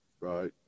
Right